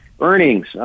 earnings